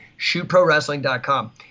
ShootProWrestling.com